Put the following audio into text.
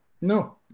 No